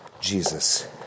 Jesus